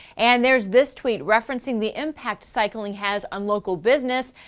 and. there's this tweet referencing the impact cycling has on local business.